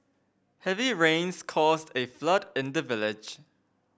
heavy rains caused a flood in the village